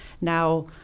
now